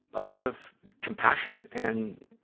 a lot of compassion and,